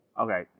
Okay